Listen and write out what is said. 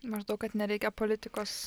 maždaug kad nereikia politikos